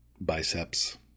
biceps